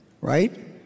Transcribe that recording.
right